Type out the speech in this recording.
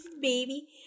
baby